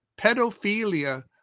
pedophilia